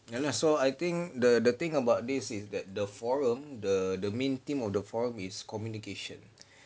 ya lah so I think the the thing about this is that the forum the the main theme of the forum is communication